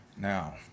Now